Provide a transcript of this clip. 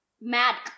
Mad